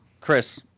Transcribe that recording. Chris